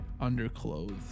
underclothes